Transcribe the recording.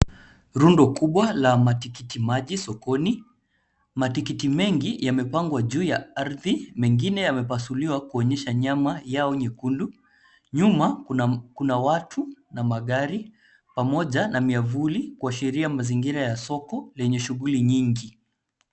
Rundo kubwa la matikitimaji sokoni. Matikiti mengi yamepangwa juu ya ardhi, mengine yamepasuliwa kuonyesha nyama yao nyekundu. Nyuma, kuna watu na magari pamoja na miavuli kuashiria mazingira ya soko lenye shughuli nyingi.